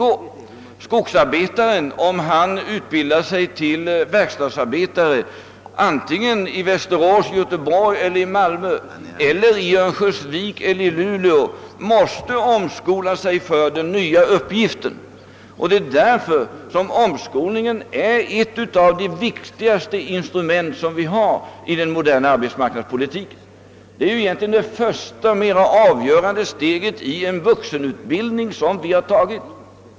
Om skogsarbetaren utbildar sig till verkstadsarbetare i Västerås, Göteborg, Malmö, Örnsköldsvik eller Luleå måste han omskola sig för den nya uppgiften. Det är därför omskolningen är ett av de viktigaste instrument som vi har i den moderna arbetsmarknadspolitiken. Omskolningen är ju egentligen det första mera avgörande steget i en vuxenutbildning som vi har tagit.